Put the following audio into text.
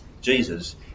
Jesus